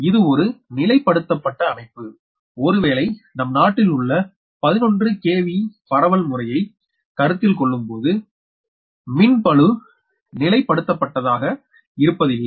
இது ஒரு நிலைப்படுத்தப்பட்ட அமைப்பு ஒருவேளை நம் நாட்டில் உள்ள 11 kV பரவல் முறையை distribution சிஸ்டம் கருத்தில்கொள்ளும்பொழுது மின் பளு நிலைப்படுத்தப்பட்டதாக இருப்பதில்லை